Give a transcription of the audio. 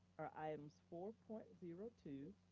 are items four point zero two,